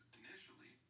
initially